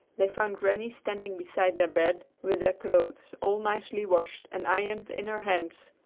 they found granny standing beside their bed with their clothes all nicely washed and ironed in her hands.